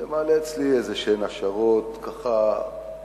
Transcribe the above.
זה מעלה אצלי איזה השערות, ככה בוטות,